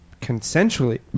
consensually